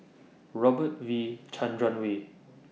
Robert V Chandran Way